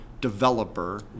developer